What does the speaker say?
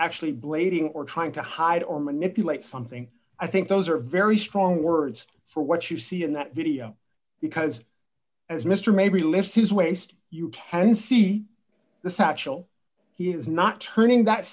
actually bleeding or trying to hide or manipulate something i think those are very strong words for what you see in that video because as mr maybe lifts his waist you can see the satchel he is not turning that